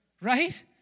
right